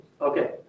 Okay